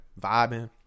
vibing